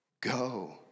Go